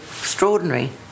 extraordinary